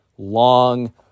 long